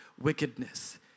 wickedness